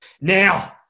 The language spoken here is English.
Now